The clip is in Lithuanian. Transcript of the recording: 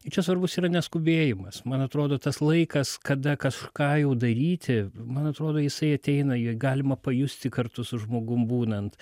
čia svarbus yra neskubėjimas man atrodo tas laikas kada kažką jau daryti man atrodo jisai ateina jį galima pajusti kartu su žmogum būnant